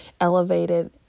elevated